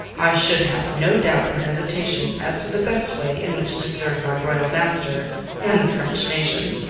i should have no doubt or hesitation as to the best way in which to serve my royal master and the french nation.